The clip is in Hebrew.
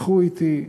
שוחחו אתי.